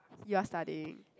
you are studying